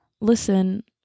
listen